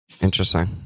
Interesting